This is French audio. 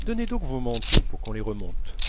donnez donc vos manteaux pour qu'on les remonte